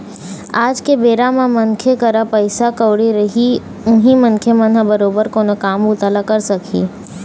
आज के बेरा म मनखे करा पइसा कउड़ी रही उहीं मनखे मन ह बरोबर कोनो काम बूता ल करे सकही